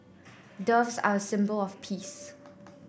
doves are a symbol of peace